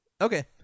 Okay